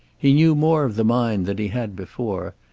he knew more of the mind than he had before,